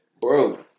bro